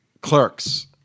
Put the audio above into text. clerks